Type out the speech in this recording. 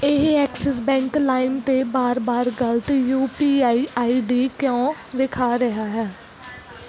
ਇਹ Axis bank ਲਾਇਮ 'ਤੇ ਵਾਰ ਵਾਰ ਗ਼ਲਤ U P I I D ਕਿਉਂ ਵਿਖਾ ਰਿਹਾ ਹੈ